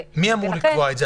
מי אמור לקבוע את זה?